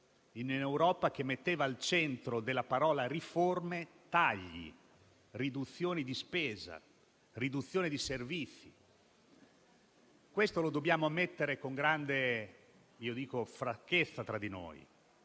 un'Europa che metteva al centro della parola «riforme» tagli, riduzioni di spesa e riduzione di servizi. Questo lo dobbiamo ammettere con grande franchezza tra di noi,